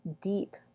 deep